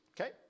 okay